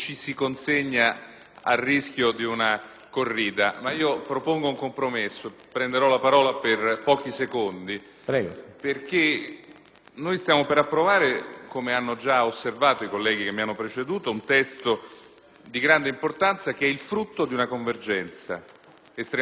frutto di una convergenza estremamente positiva.